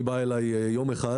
היא באה אליי יום אחד